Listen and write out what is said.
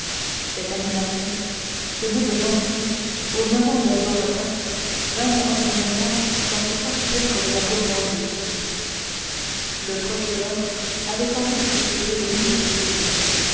cette animation ce mouvement qui au moment d'un bon repas règnent ordinairement dans ce sanctuaire de la gourmandise le procureur avait sans doute été prévenu de cette visite